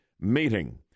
meeting